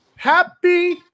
Happy